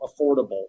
affordable